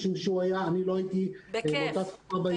משום שאני לא הייתי באותה תקופה בהתאחדות.